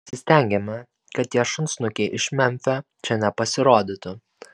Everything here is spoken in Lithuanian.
pasistengėme kad tie šunsnukiai iš memfio čia nepasirodytų